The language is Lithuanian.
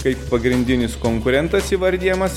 kaip pagrindinis konkurentas įvardijamas